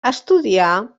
estudià